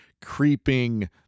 creeping